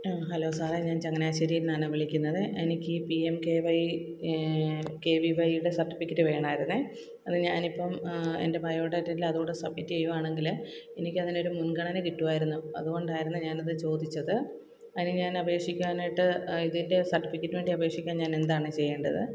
hello സാറെ ഞാന് ചങ്ങനാശ്ശേരീന്നാണ് വിളിക്കുന്നത് എനിക്കീ P M K Y K V വൈയുടെ സര്ട്ടിഫിക്കറ്റ് വേണമായിരുന്നു അത് ഞാനിപ്പം എന്റെ ബയോഡേറ്റേൽ അതൂടെ സബ്മിറ്റ് ചെയ്യുവാണെങ്കിൽ എനിക്ക് അതിനൊരു മുന്ഗണന കിട്ടുവായിരുന്നു അതുകൊണ്ടായിരുന്നു ഞാനത് ചോദിച്ചത് അതിന് ഞാനപേക്ഷിക്കാനായിട്ട് ഇതിന്റെ സര്ട്ടിഫിക്കറ്റിന് വേണ്ടി അപേക്ഷിക്കാന് ഞാനെന്താണ് ചെയ്യേണ്ടത്